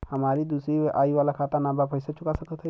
हमारी दूसरी आई वाला खाता ना बा पैसा चुका सकत हई?